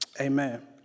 Amen